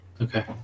Okay